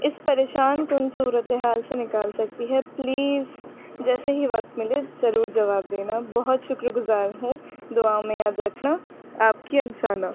اس پریشان کن صورت حال سے نکال سکتی ہے پلیز جیسے ہی وقت ملے ضرور جواب دینا بہت شکر گزار ہوں دعاؤں میں یاد رکھنا آپ کی انسانہ